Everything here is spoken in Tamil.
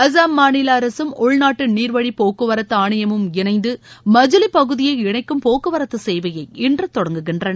அஸ்ஸாம் மாநில அரசும் உள்நாட்டு நீர்வழிப் போக்குவரத்து ஆணையமும் இணைந்து மஜூவி பகுதியை இணைக்கும் போக்குவரத்து சேவையை இன்று தொடங்குகின்றன